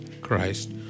Christ